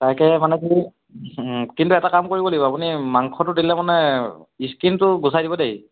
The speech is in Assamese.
তাইকে মানে কি কিন্তু এটা কাম কৰিব লাগিব আপুনি মাংসটো দিলে মানে স্কিনটো গুচাই দিব দেই